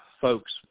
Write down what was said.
folks